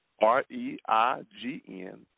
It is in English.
R-E-I-G-N